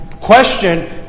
question